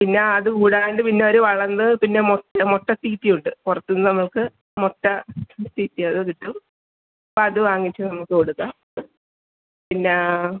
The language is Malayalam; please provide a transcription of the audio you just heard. പിന്നെ അത് കൂടാണ്ട് പിന്നെ അവർ വളർന്ന് പിന്നെ മുട്ട മുട്ട തീറ്റിയുണ്ട് പുറത്ത് നമുക്ക് മുട്ട തീറ്റി അത് കിട്ടും അത് വാങ്ങിച്ച് നമുക്ക് കൊടുക്കാം പിന്നെ